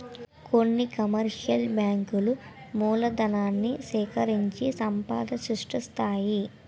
కొన్ని కమర్షియల్ బ్యాంకులు మూలధనాన్ని సేకరించి సంపద సృష్టిస్తాయి